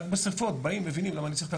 רק בשריפות באים ומבינים למה אני צריך את